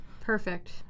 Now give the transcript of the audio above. Perfect